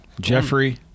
Jeffrey